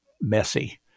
messy